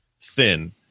thin